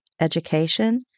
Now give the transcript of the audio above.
education